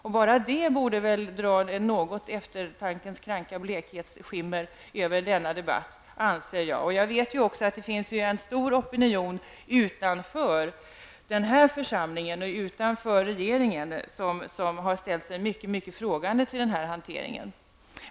Jag anser att det borde dra eftertankens kranka blekhets skimmer över debatten. Jag vet också att det finns en stor opinion utanför den här församlingen och utanför regeringen som har ställt sig mycket frågande till hanteringen.